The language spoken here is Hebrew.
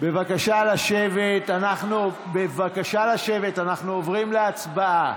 אנחנו עוברים להצבעה.